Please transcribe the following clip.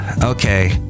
Okay